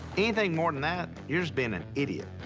anything more than that, you're just being an idiot.